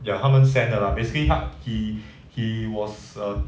ya 他们 send 的啦 basically 他 he he was a